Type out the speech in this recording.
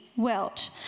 Welch